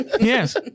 Yes